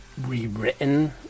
rewritten